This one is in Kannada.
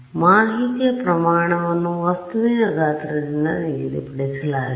ಮಾಹಿತಿಯ ಪ್ರಮಾಣವನ್ನು ವಸ್ತುವಿನ ಗಾತ್ರದಿಂದ ನಿಗದಿಪಡಿಸಲಾಗಿದೆ